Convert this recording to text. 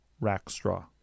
Rackstraw